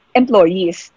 employees